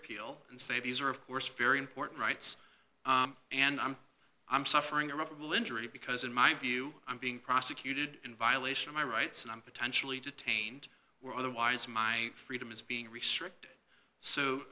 appeal and say these are of course very important rights and i'm i'm suffering or injury because in my view i'm being prosecuted in violation of my rights and i'm potentially detained otherwise my freedom is being restricted so